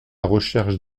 recherche